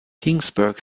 kingsburg